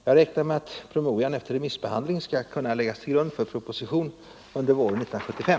Jag räknar med att promemorian efter remissbehandlingen skall kunna läggas till grund för en proposition under våren 1975.